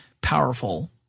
powerful